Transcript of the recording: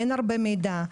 אין הרבה מידע.